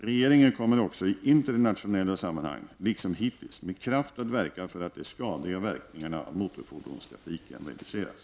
Regeringen kommer också i internationella sammanhang liksom hittills med kraft att verka för att de skadliga verkningarna av motorfordonstrafiken reduceras.